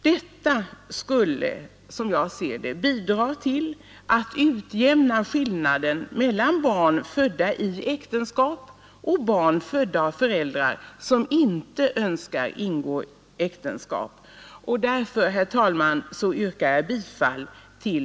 Detta skulle, som jag ser det, bidra till att utjämna skillnaden mellan barn födda i äktenskap och barn födda av föräldrar som inte önskar äktenskap. Därför, herr talman, yrkar jag bifall till